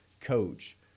coach